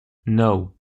nou